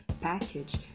package